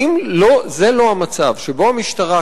האם זה לא המצב שבו המשטרה,